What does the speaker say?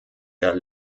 der